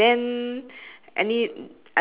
okay so let's see what's the next difference ah